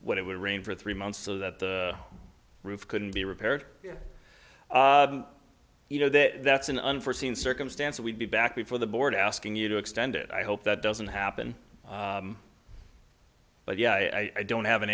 what it would rain for three months so that the roof couldn't be repaired you know that that's an unforeseen circumstance we'd be back before the board asking you to extend it i hope that doesn't happen but yeah i don't have an